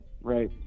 right